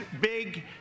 big